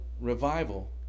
Revival